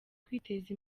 kwiteza